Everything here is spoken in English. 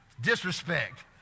Disrespect